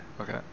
Okay